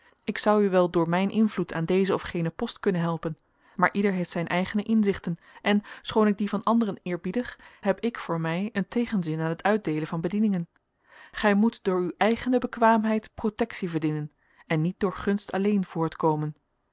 ik zou u wel door mijn invloed aan dezen of genen post kunnen helpen maar ieder heeft zijn eigene inzichten en schoon ik die van anderen eerbiedig heb ik voor mij een tegenzin aan het uitdeelen van bedieningen gij moet door uw eigene bekwaamheid protectie verdienen en niet door gunst alleen voortkomen